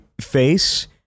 face